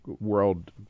world